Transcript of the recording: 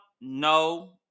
No